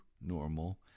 normal